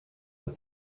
the